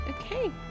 Okay